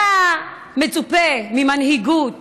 היה מצופה ממנהיגות